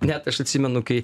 net aš atsimenu kai